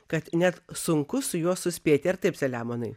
kad net sunku su juo suspėti ar taip selemonai